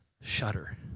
shudder